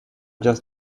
just